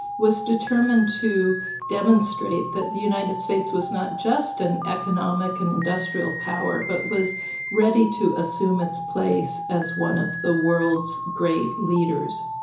was determined to demonstrate that the united states was not just an economic and industrial power but was ready to assume its place as one of the world's great leaders.